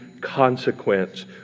consequence